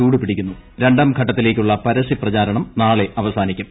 ചൂട് പിടിക്കുന്നു ര്ണ്ടാംഘട്ടത്തിലേക്കുള്ള പരസ്യപ്രചാരണം ന്മാളെ അവസാനിക്കും